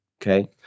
okay